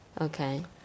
Okay